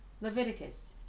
leviticus